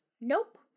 Nope